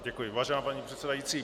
Děkuji, vážená paní předsedající.